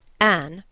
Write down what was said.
anne,